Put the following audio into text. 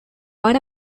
ahora